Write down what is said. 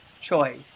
choice